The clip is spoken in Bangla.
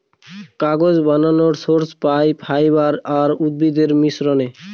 কাগজ বানানর সোর্স পাই ফাইবার আর উদ্ভিদের মিশ্রনে